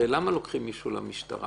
הרי למה לוקחים אדם למשטרה